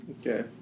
Okay